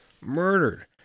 Murdered